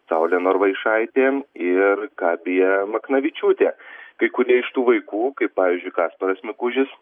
saulė norvaišaitė ir gabija maknavičiūtė kai kurie iš tų vaikų kaip pavyzdžiui kasparas mikužis